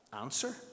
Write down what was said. Answer